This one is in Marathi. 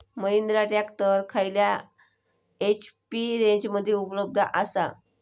महिंद्रा ट्रॅक्टर खयल्या एच.पी रेंजमध्ये उपलब्ध आसा?